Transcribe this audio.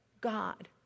God